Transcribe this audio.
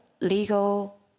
legal